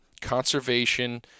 conservation